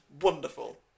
wonderful